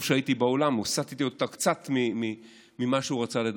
טוב שהייתי באולם והסטתי אותו קצת ממה שהוא רצה לומר.